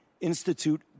institute